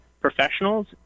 professionals